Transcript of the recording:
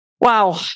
Wow